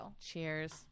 cheers